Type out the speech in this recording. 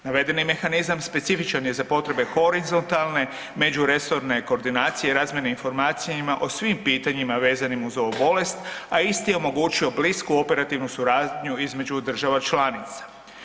Navedeni mehanizam specifičan je za potrebe horizontalne, međuresorne koordinacije, razmjene informacija o svim pitanje vezanim uz ovu bolest a isti omogućuje blisku operativnu suradnju između država članica.